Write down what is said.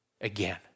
again